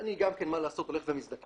אני גם כן, מה לעשות, הולך ומזדקן,